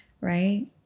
right